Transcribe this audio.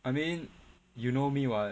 I mean you know me [what]